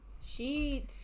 Sheet